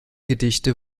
gedichte